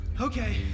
Okay